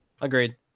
agreed